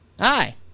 Hi